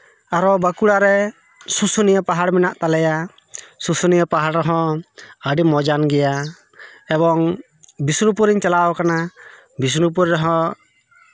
ᱟᱨᱚ ᱵᱟᱸᱠᱩᱲᱟᱨᱮ ᱥᱩᱥᱩᱱᱤᱭᱟ ᱯᱟᱦᱟᱲ ᱢᱮᱱᱟᱜ ᱛᱟᱞᱮᱭᱟ ᱥᱩᱥᱩᱱᱤᱭᱟ ᱯᱟᱦᱟᱲ ᱨᱮᱦᱚᱸ ᱟᱹᱰᱤ ᱢᱚᱡᱟᱱ ᱜᱮᱭᱟ ᱮᱵᱚᱝ ᱵᱤᱥᱱᱩᱯᱩᱨᱤᱧ ᱪᱟᱞᱟᱣ ᱠᱟᱱᱟ ᱵᱤᱥᱱᱩᱯᱩᱨ ᱨᱮᱦᱚᱸ